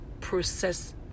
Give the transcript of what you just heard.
process